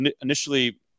initially